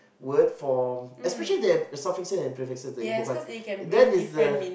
word from especially the suffixes and prefixes the imbuhan that is the